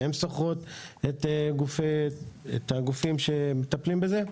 שהן שוכרות את הגופים שמטפלים בזה.